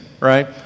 right